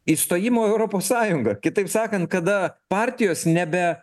įstojimo į europos sąjungą kitaip sakan kada partijos nebe